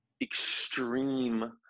extreme